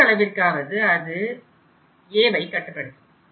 குறைந்த அளவிற்காவது அது aவை கட்டுப்படுத்தும்